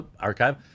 archive